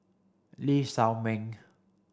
Lee Shao Meng